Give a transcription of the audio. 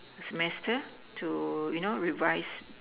semester to you know revise